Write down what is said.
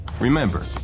Remember